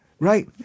Right